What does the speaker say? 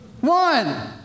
One